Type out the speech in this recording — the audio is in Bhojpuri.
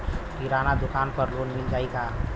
किराना दुकान पर लोन मिल जाई का?